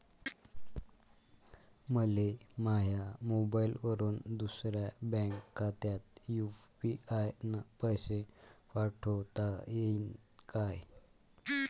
मले माह्या मोबाईलवरून दुसऱ्या बँक खात्यात यू.पी.आय न पैसे पाठोता येईन काय?